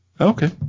Okay